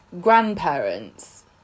grandparents